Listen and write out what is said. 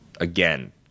Again